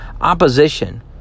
opposition